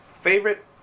Favorite